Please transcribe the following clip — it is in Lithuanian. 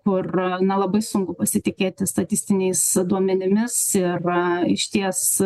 kur na labai sunku pasitikėti statistiniais duomenimis ir išties